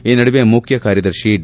ಈ ನಡುವೆ ಮುಖ್ಯಕಾರ್ಯದರ್ಶಿ ಡಿ